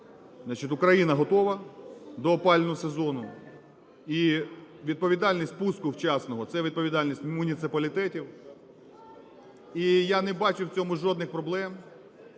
Україна готова до опалювального сезону і відповідальність пуску вчасного – це відповідальність муніципалітетів. І я не бачу в цьому жодних проблем.